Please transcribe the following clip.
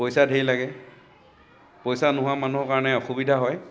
পইচা ধেৰ লাগে পইচা নোহোৱা মানুহৰ কাৰণে অসুবিধা হয়